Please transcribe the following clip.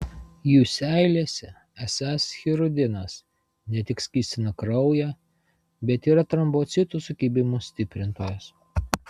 jų seilėse esąs hirudinas ne tik skystina kraują bet yra trombocitų sukibimų stiprintojas